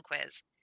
quiz